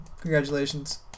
Congratulations